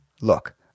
Look